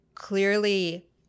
Clearly